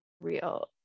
real